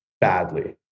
badly